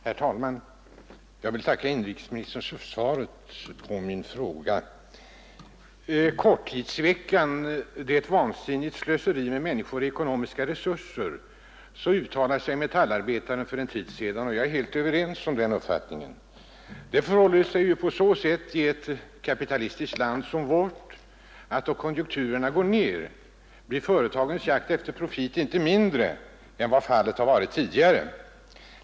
Herr talman! Jag vill tacka inrikesministern för svaret på min fråga. ”Korttidsveckan är ett vansinnigt slöseri med människor och ekonomiska resurser.” Så uttalade sig tidningen Metallarbetaren för en tid sedan. Jag delar den uppfattningen. Det förhåller sig ju på så sätt i ett kapitalistiskt land som Sverige att då konjunkturerna går ned blir företagens jakt efter profit inte mindre än vad fallet har varit tidigare.